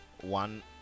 one